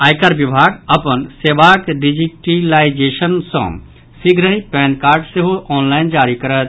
आयकर विभाग अपन सेवाक डिजीटिलाईजेशन सॅ शीघ्रहि पैन कार्ड सेहो ऑनलाईन जारी करत